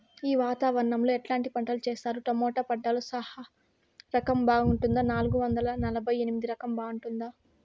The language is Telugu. ఈ వాతావరణం లో ఎట్లాంటి పంటలు చేస్తారు? టొమాటో పంటలో సాహో రకం బాగుంటుందా నాలుగు వందల నలభై ఎనిమిది రకం బాగుంటుందా?